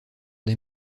des